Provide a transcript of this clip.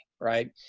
right